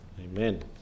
amen